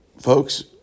folks